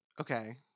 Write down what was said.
Okay